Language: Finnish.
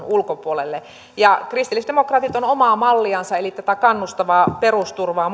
ulkopuolelle kristillisdemokraatit ovat monessa otteessa tuoneet esille omaa malliansa eli tätä kannustavaa perusturvaa